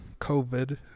COVID